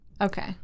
Okay